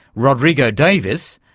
rodrigo davies,